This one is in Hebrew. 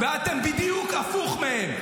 אתם בדיוק הפוך מהם.